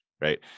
right